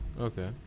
Okay